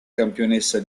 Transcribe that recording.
campionessa